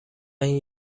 این